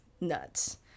nuts